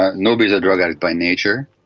ah nobody is a drug addict by nature.